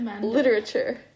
literature